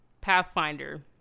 Pathfinder